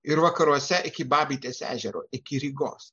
ir vakaruose iki babitės ežero iki rygos